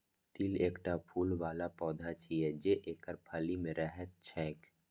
तिल एकटा फूल बला पौधा छियै, जे एकर फली मे रहैत छैक